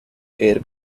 air